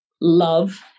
love